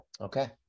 Okay